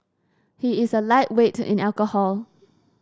he is a lightweight in alcohol